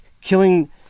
killing